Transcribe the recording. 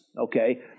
okay